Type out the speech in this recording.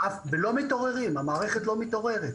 ולא מתעוררים, המערכת לא מתעוררת.